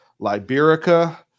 liberica